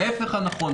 ההיפך הוא הנכון.